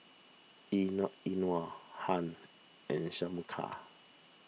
Euna Euna Hunt and Shameka